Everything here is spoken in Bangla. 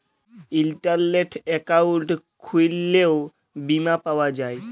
ইলটারলেট একাউল্ট খুইললেও বীমা পাউয়া যায়